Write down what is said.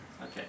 Okay